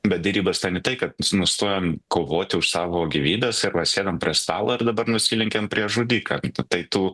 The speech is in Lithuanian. bet derybos ten ne tai kad nustojam kovoti už savo gyvybes ir va sėdam prie stalo ir dabar nusilenkiam prieš žudiką tai tu